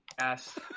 Ass